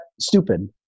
stupid